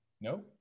No